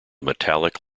metallic